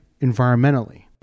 environmentally